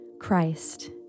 Christ